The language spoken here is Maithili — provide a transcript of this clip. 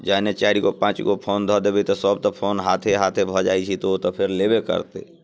जखने चारि गो पाँच गो फोन धऽ देबै तऽ सभ तऽ फोन हाथे हाथे भऽ जाइत छै तऽ ओ तऽ फेर लेबे करतै